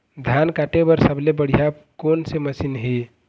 धान काटे बर सबले बढ़िया कोन से मशीन हे?